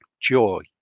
joy